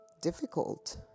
difficult